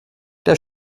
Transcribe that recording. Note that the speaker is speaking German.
der